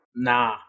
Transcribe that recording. Nah